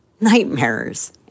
nightmares